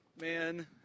Man